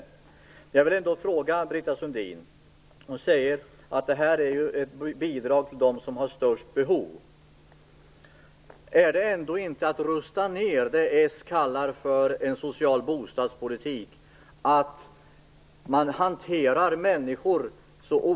Jag vill ändå ställa en fråga till Britta Sundin. Hon säger att detta är ett bidrag till dem som har störst behov. Är det ändå inte att rusta ned det som Socialdemokraterna kallar för en social bostadspolitik att hantera människor så olika?